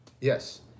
Yes